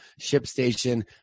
ShipStation